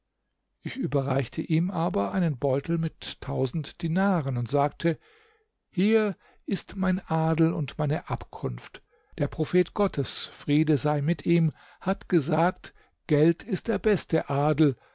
ich überreichte ihm aber einen beutel mit tausend dinaren und sagte hier ist mein adel und meine abkunft der prophet gottes friede sei mit ihm hat gesagt geld ist der beste adel